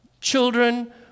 Children